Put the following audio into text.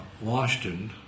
Washington